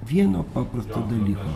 vieno paprasto dalyko